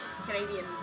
Canadian